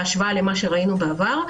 בהשוואה למה שראינו בעבר,